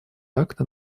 акты